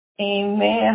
Amen